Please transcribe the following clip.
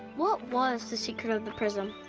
what was the secret of the prism?